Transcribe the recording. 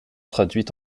traduite